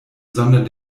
sondern